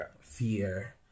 fear